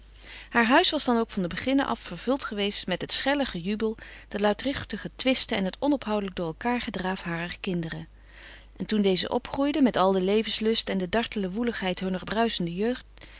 haar huis was dan ook van den beginne af vervuld geweest met het schelle gejubel de luidruchtige twisten en het onophoudelijk door elkaâr gedraaf harer kinderen en toen deze opgroeiden met al den levenslust en de dartele woeligheid hunner bruisende jeugd